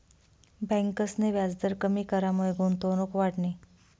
ब्यांकसनी व्याजदर कमी करामुये गुंतवणूक वाढनी